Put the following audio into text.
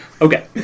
Okay